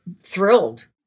thrilled